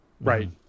right